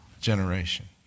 generation